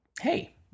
hey